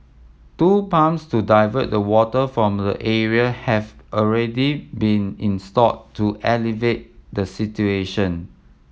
two pumps to divert the water from the area have already been installed to alleviate the situation